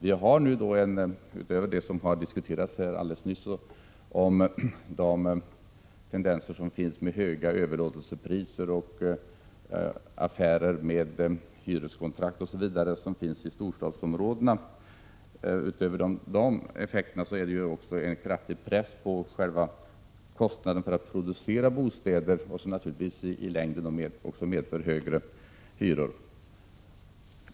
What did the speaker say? Utöver de effekter som har diskuterats alldeles nyss — höga överlåtelsepriser, affärer med hyreskontrakt osv. i storstadsområdena — spelar naturligtvis kostnaden för att producera bostäder en viktig roll — höga byggkostnader medför höga hyror.